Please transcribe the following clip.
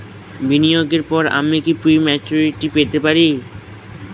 বিনিয়োগের পর আমি কি প্রিম্যচুরিটি পেতে পারি?